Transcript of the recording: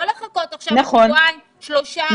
לא לחכות עכשיו שבועיים-שלושה,